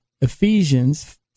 Ephesians